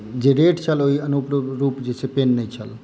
जे रेट छल ओहि अनुरूप जे छै से पेन नहि छल